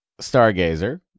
stargazer